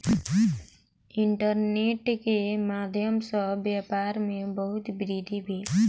internet के माध्यम सॅ व्यापार में बहुत वृद्धि भेल